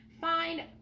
find